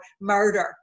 murder